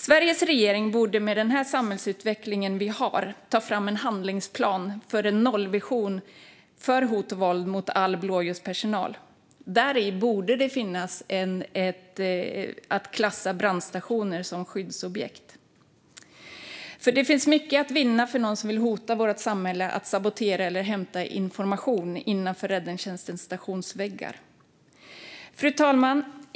Sveriges regering borde med den samhällsutveckling som vi har ta fram en handlingsplan för en nollvision när det gäller hot och våld mot all blåljuspersonal. Där borde brandstationer klassas som skyddsobjekt. Det finns mycket att vinna för någon som vill hota vårt samhälle, sabotera eller hämta information innanför räddningstjänstens stationsväggar. Fru talman!